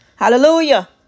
Hallelujah